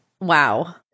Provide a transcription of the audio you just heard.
Wow